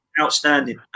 outstanding